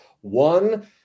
one